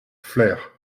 flers